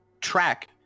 track